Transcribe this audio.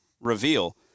reveal